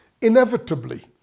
Inevitably